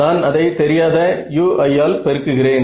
நான் அதை தெரியாத ui ஆல் பெருக்குகிறேன்